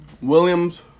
Williams